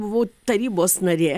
buvau tarybos narė